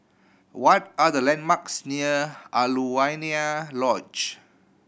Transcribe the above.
what are the landmarks near Alaunia Lodge